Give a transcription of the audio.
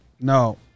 No